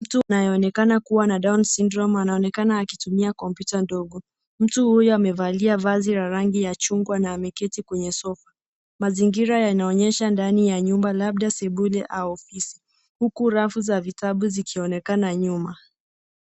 Mtu anayeonekana kuwa na down syndrome anaonekana akitumia kompyuta ndogo. Mtu huyu amevalia vazi la rangi ya chungwa na ameketi kwenye sofa[ cs]. Mzingira yanaonyesha ndani ya nyumba labda sebule au ofisi huku rafu za vitabu zikionekana nyuma.